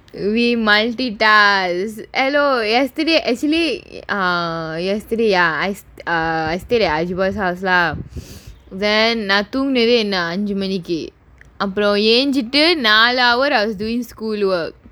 we multitask hello yesterday actually uh yesterday ya I err stay at ahdevi's house lah then நான் தூங்குனதே என்ன அஞ்சு மணிக்கி அப்புறம் ஏஞ்சிட்டு நாலு:naan thoongunathae anju manikki appuram yaenjittu naalu hour I was doing school work